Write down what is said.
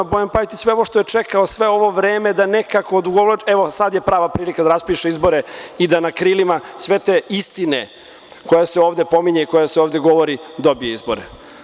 Bojan Pajtić sve ovo što je čekao sve ovo vreme da nekako odugovlači, sada je prava prilika da raspiše izbore i da na krilima sve te istine, koja se ovde pominje i o kojoj se ovde govori, dobije izbore.